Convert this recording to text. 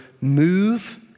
move